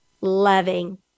loving